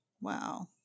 Wow